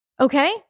okay